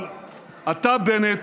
אבל אתה, בנט,